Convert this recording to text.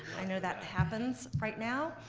i know that happens right now.